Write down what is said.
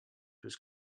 was